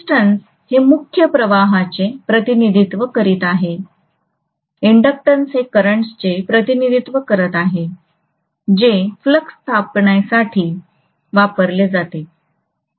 resistance हे मुख्य प्रवाहांचे प्रतिनिधित्व करीत आहे इन्डक्टन्स हे करंटचे प्रतिनिधित्व करत आहेजे फ्लक्स स्थापण्यासाठी वापरले जाते